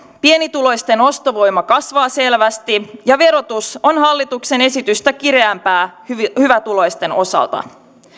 pienituloisten ostovoima kasvaa selvästi ja verotus on hallituksen esitystä kireämpää hyvätuloisten osalta